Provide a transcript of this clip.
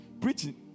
preaching